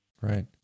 right